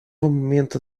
момента